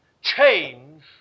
change